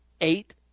eight